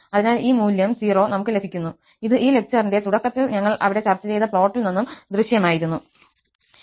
അതിനാൽ ഈ മൂല്യം 0 നമുക്ക് ലഭിക്കുന്നു ഇത് ഈ ലെക്ചറിന്റെ തുടക്കത്തിൽ ഞങ്ങൾ അവിടെ ചർച്ച ചെയ്ത പ്ലോട്ടിൽ നിന്നും ദൃശ്യമായിരുന്നു